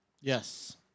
Yes